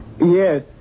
Yes